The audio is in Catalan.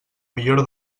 millora